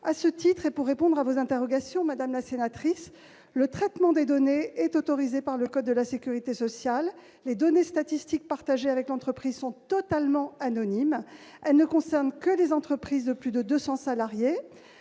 À ce titre, pour répondre à vos interrogations, madame la sénatrice, le traitement de ces données est autorisé par le code de la sécurité sociale. En effet, les données statistiques partagées avec l'entreprise sont totalement anonymes et ne concernent que les entreprises de plus de 200 salariés,